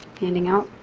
handing out?